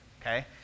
okay